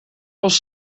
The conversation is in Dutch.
als